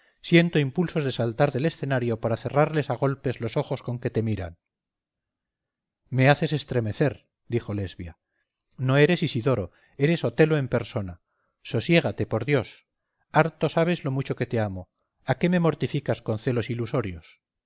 siento impulsos de saltar del escenario para cerrarles a golpes los ojos con que te miran me haces estremecer dijo lesbia no eres isidoro eres otelo en persona sosiégate por dios harto sabes lo mucho que te amo a qué me mortificas con celos ilusorios